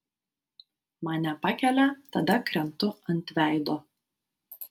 mane pakelia tada krentu ant veido